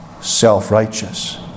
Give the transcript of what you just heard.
self-righteous